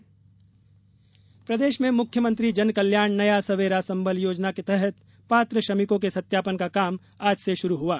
श्रमिक सत्यापन प्रदेश में मुख्यमंत्री जनकल्याण नया सबेरा संबल योजना के तहत पात्र श्रमिकों के सत्यापन का काम आज से शुरू हुआ